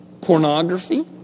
pornography